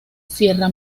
sierra